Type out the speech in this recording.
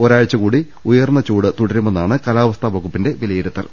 ഒരാഴ്ചകൂടി ഉയർന്നചൂട് തുടരുമെന്നാണ് കാലാവസ്ഥാ വകുപ്പിന്റെ വിലയിരുത്തൽ